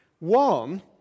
One